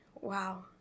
Wow